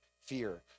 fear